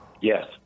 Yes